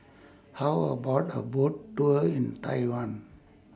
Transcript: How about A Boat Tour in Taiwan